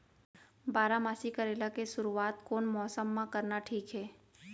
बारामासी करेला के शुरुवात कोन मौसम मा करना ठीक हे?